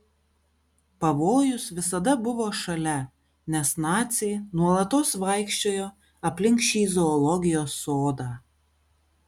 pavojus visada buvo šalia nes naciai nuolatos vaikščiojo aplink šį zoologijos sodą